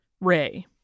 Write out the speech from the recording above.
Ray